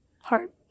heart